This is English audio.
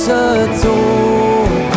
adore